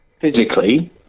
physically